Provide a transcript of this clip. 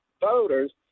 voters